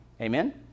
Amen